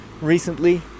recently